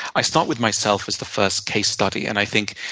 i start with myself as the first case study, and i think,